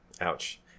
Ouch